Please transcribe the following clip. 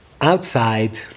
outside